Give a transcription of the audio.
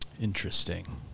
Interesting